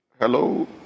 Hello